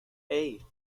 hey